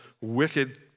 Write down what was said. wicked